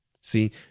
See